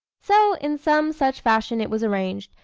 so, in some such fashion it was arranged,